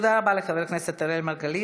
תודה רבה לחבר הכנסת אראל מרגלית.